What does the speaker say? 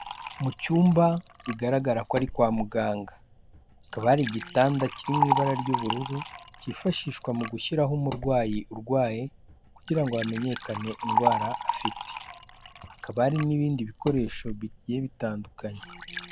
Mu cyumba bigaragara ko ari kwa muganga hakaba hari igitanda kiri mu ibara ry'ubururu cyifashishwa mu gushyiraho umurwayi urwaye kugira ngo hamenyekane indwara afite, hakaba hari n'ibindi bikoresho bigiye bitandukanye.